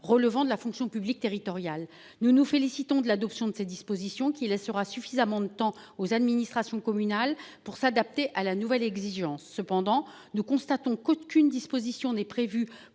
relevant de la fonction publique territoriale. Nous nous félicitons de l'adoption de ces dispositions qui laissera suffisamment de temps aux administrations communales pour s'adapter à la nouvelle exigence cependant nous constatons qu'aucune disposition n'est prévu